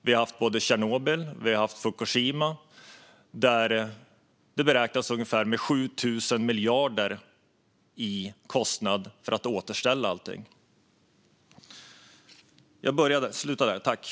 Vi har haft Tjernobyl, och vi har haft Fukushima. Det beräknas att kostnaden för att återställa allting är ungefär 7 000 miljarder.